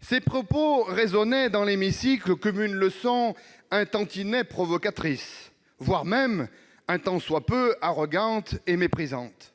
Ces propos résonnaient dans l'hémicycle comme une leçon un tantinet provocatrice, voire un tant soit peu arrogante et méprisante.